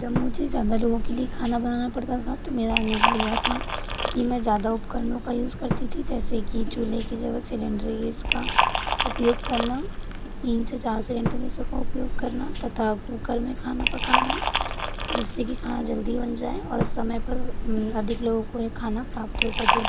जब मुझे ज़्यादा लोगों के लिए खाना बनाना पड़ता था तो मेरा अनुभव यह था कि मैं ज़्यादा उपकरणों का यूज़ करती थी जैसे कि चूल्हे की जगह सिलेंडर गैस का उपयोग करना तीन से चार सिलेंडर गैसों को उपयोग करना तथा कुकर में खाना पकाना जिससे कि खाना जल्दी बन जाए और उस समय पर अधिक लोगों को ये खाना प्राप्त हो सके